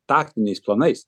taktiniais planais